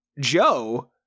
Joe